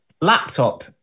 laptop